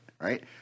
right